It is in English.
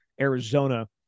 Arizona